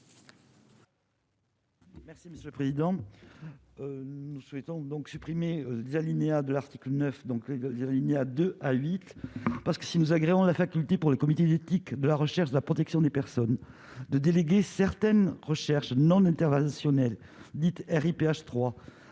Merci monsieur le président, nous souhaitons donc supprimer les alinéas de l'article 9, donc il y a 2 à 8, parce que si nous la faculté pour le comité d'éthique de la recherche de la protection des personnes de déléguer certaines recherches non interventionnelles dites RIP 3